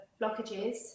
blockages